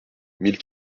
mille